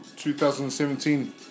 2017